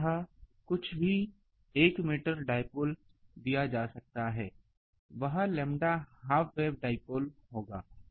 तो यह जो कुछ भी 1 मीटर डाइपोल दिया जाता है वह लैम्ब्डा हाफ वेव डाइपोल होगा